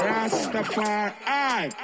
Rastafari